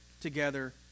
together